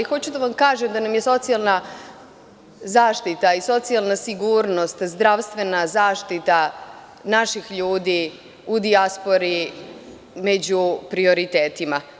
Hoću da vam kažem da nam je socijalna zaštita i socijalna sigurnost, zdravstvena zaštita naših ljudi u dijaspori među prioritetima.